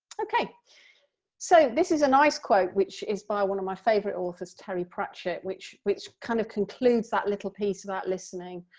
okay so this is a nice quote which is by one of my favourite authors, terry pratchett, which which kind of concludes that little piece about listening.